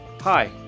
Hi